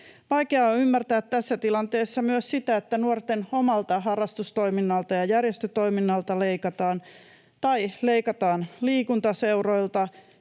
Vaikea on ymmärtää tässä tilanteessa myös sitä, että nuorten omalta harrastustoiminnalta ja järjestötoiminnalta leikataan tai leikataan liikuntaseuroilta